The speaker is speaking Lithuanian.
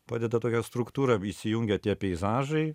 padeda tokią struktūrą įsijungia tie peizažai